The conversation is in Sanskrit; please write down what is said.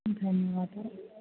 धन्यवादः